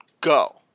go